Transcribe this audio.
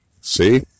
See